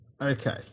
Okay